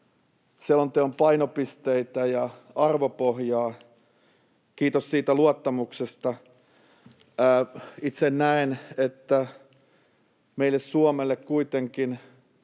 selonteon painopisteitä ja arvopohjaa — kiitos siitä luottamuksesta. Itse näen, että meille Suomelle kuitenkin